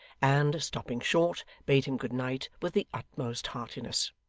and, stopping short, bade him good night with the utmost heartiness.